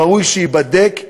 ראוי שייבדק,